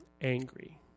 angry